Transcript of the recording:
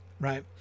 right